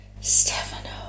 Stefano